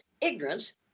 ignorance